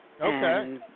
Okay